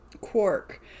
Quark